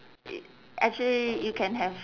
it actually you can have